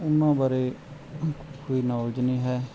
ਉਹਨਾਂ ਬਾਰੇ ਕੋਈ ਨੌਲੇਜ ਨਹੀਂ ਹੈ